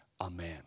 Amen